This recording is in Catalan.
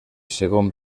segon